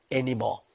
anymore